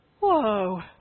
whoa